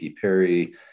Perry